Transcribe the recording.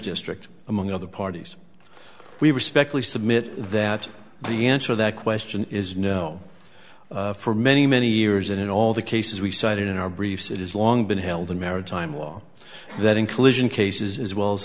district among other parties we respectfully submit that the answer that question is no for many many years and in all the cases we cited in our briefs it is long been held in maritime law that inclusion cases as well as